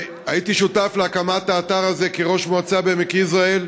הייתי שותף להקמת האתר הזה כראש מועצה בעמק יזרעאל.